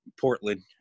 Portland